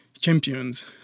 champions